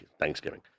Thanksgiving